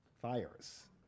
fires